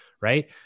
Right